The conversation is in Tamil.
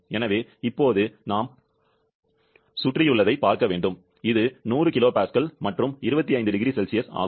எனவே இப்போது நாம் சுற்றியுள்ளதைப் பார்க்க வேண்டும் இது 100 kPa மற்றும் 25 0C ஆகும்